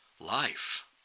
life